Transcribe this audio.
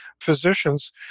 physicians